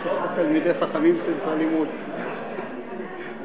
השחר, אמר רבי חייא, מי היא